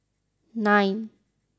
nine